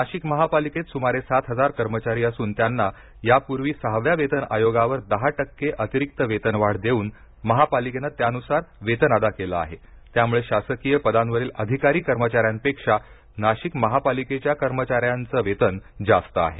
नाशिक महापालिकेत सुमारे सात हजार कर्मचारी असून त्यांना यापूर्वी सहाव्या वेतन आयोगावर दहा टक्के अतिरिक्त वेतनवाढ देऊन महापालिकेनं त्यांनुसार वेतन अदा केलं आहे त्यामुळे शासकीय पदांवरील अधिकारी कर्मचाऱ्यांपेक्षा नाशिक महापालिकेच्या कर्मचाऱ्यांचे वेतन जास्त आहे